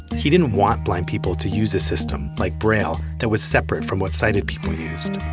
he didn't want blind people to use a system, like braille, that was separate from what sighted people use.